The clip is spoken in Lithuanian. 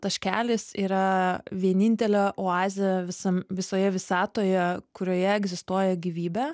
taškelis yra vienintelė oazė visam visoje visatoje kurioje egzistuoja gyvybė